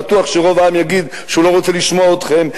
בטוח שרוב העם יגיד שהוא לא רוצה לשמוע אתכם.